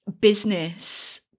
business